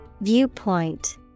Viewpoint